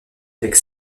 avec